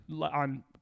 On